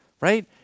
right